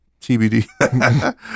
TBD